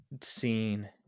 scene